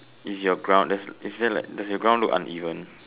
is your ground there's is there like does your ground looks uneven